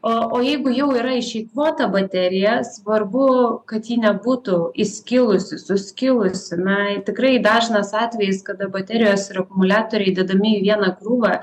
o o jeigu jau yra išeikvota baterija svarbu kad ji nebūtų įskilusi suskilusi na tikrai dažnas atvejis kada baterijos ir akumuliatoriai dedami į vieną krūvą